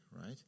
right